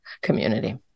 community